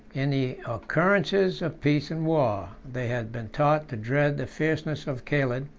in the occurrences of peace and war, they had been taught to dread the fierceness of caled,